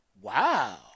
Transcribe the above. Wow